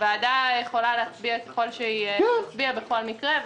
הוועדה יכולה להצביע ככל שהיא תצביע בכל מקרה.